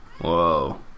Whoa